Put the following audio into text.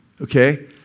okay